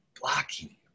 blocking